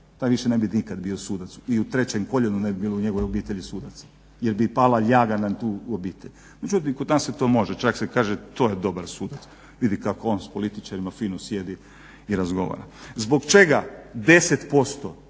Taj više ne bi nikad bio sudac i u trećem koljenu ne bi bilo u njegovoj obitelji sudaca jer bi pala ljaga na tu obitelj. Međutim, kod nas se to može. Čak se i kaže to je dobar sudac, vidi kako on sa političarima fino sjedi i razgovara. Zbog čega 10%